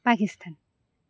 Pakistan